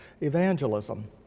evangelism